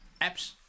Apps